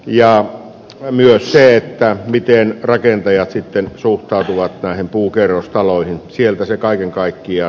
jalo ylimystöä ja miten rakentajat sitten suhtautuvat tähän puukerrostalojen tieltä ja kaiken kaikkia